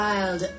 Wild